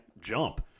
jump